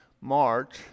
March